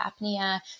apnea